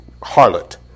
harlot